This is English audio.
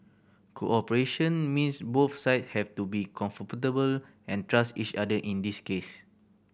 cooperation means both sides have to be comfortable and trust each other in this case